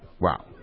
wow